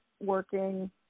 working